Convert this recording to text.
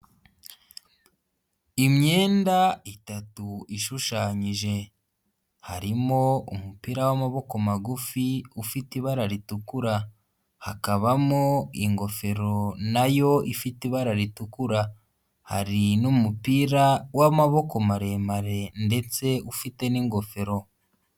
Imyenda itatu ishushanyije, harimo umupira w'amaboko magufi ufite ibara ritukura, hakabamo ingofero nayo ifite ibara ritukura, hari n'umupira w'amaboko maremare ndetse ufite n'ingofero.